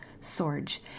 Sorge